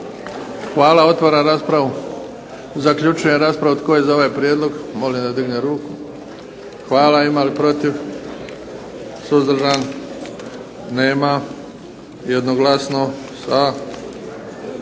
Hvala. Otvaram raspravu. Zaključujem raspravu. Tko je za ovaj prijedlog molim da digne ruku? Hvala. Ima li protiv? Suzdržan? Nema. Jednoglasno sa